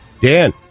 Dan